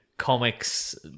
comics